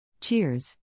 Cheers